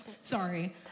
Sorry